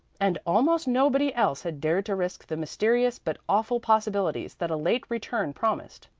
and almost nobody else had dared to risk the mysterious but awful possibilities that a late return promised.